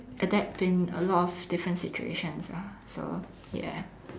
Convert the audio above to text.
adapt in a lot of different situations ah so ya